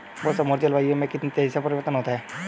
मौसम और जलवायु में कितनी तेजी से परिवर्तन होता है?